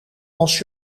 als